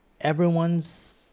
everyone's